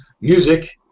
music